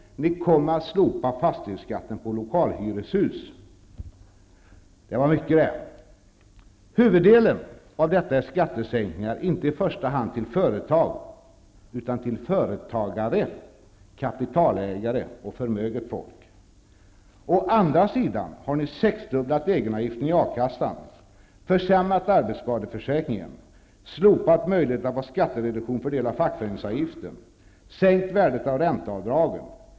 Ni kommer att slopa fastighetsskatten på lokalhyreshus. Det var mycket det. Huvuddelen av detta är skattesänkningar för inte i första hand företag utan för företagare, kapitalägare och förmöget folk. Å andra sidan har ni sexdubblat egenavgiften i A kassan, försämrat arbetsskadeförsäkringen, slopat möjligheten att få skattereduktion för del av fackföreningsavgiften och sänkt värdet av ränteavdragen.